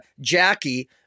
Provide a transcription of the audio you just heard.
Jackie